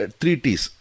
treaties